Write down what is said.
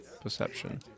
perception